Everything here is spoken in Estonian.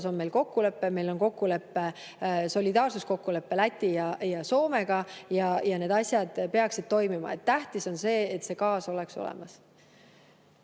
on meil kokkulepe. Meil on solidaarsuskokkulepe Läti ja Soomega ja need asjad peaksid toimima. Tähtis on see, et see gaas oleks olemas.